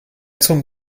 zum